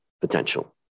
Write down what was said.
potential